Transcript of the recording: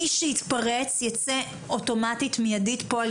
מי שיתפרץ ייצא אוטומטית מיידית פה על